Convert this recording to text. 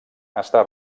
està